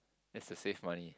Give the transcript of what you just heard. that's the safe money